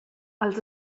als